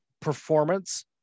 performance